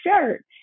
shirt